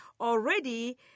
already